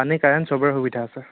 পানী কাৰেণ্ট চবে সুবিধা আছে